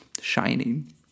shining